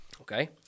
Okay